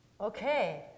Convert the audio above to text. Okay